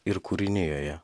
ir kūrinijoje